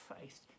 faith